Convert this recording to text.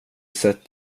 sett